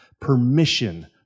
Permission